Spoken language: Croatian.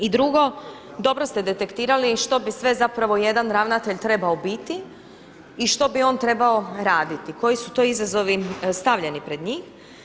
I drugo, dobro ste detektirali što bi sve zapravo jedan ravnatelj trebao biti i što bi on trebao raditi, koji su to izazovi stavljeni pred njih.